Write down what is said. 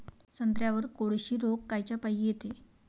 संत्र्यावर कोळशी रोग कायच्यापाई येते?